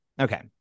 Okay